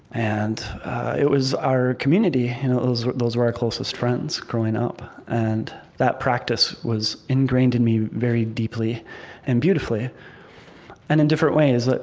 and it was our community. those were those were our closest friends, growing up and that practice was ingrained in me very deeply and beautifully and in different ways.